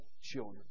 children